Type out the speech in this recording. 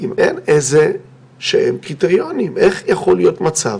אם אין איזה שהם קריטריונים, איך יכול להיות מצב